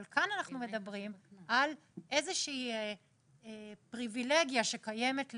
כאן אנחנו מדברים על איזושהי פריווילגיה שקיימת לחייב.